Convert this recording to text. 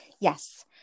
yes